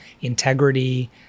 integrity